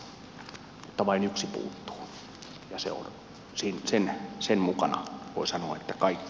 mutta vain yksi puuttuu ja sen mukana voi sanoa kaikki muukin